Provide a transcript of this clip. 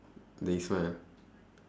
they smile